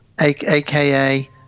AKA